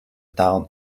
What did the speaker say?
town